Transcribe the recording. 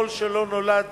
אם לא נולד